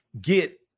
get